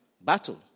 Battle